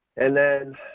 and then,